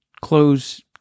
close